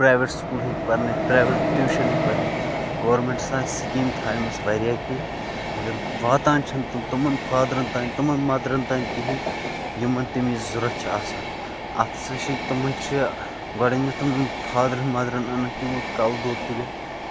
private school ہیٚکہِ پَرنٲوِتھ private tuition ہیٚکہِ پَرنٲوِتھ گورمینٹَس ہسا چھِ سِکیٖم تھایمٕژٕ واریاہ کیٚنہہ مَگر واتان چھِنہٕ تِم تِمن فادرَن تام تِمَن مَدرَن تام کِہینۍ یِمن تَمِچ ضوٚرتھ چھےٚ آسان اَتھ ہسا چھِ تِمَن چھِ گۄدٕنیتھ تِمَن فادرَن مَدرَن اَنان تیوٗت کَلہٕ دود تُلِتھ